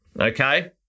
okay